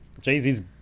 jay-z's